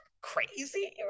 crazy